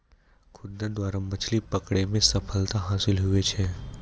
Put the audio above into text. खुद्दन द्वारा मछली पकड़ै मे सफलता हासिल हुवै छै